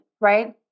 right